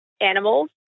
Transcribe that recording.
animals